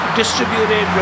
distributed